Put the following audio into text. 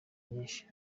nyinshi